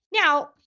Now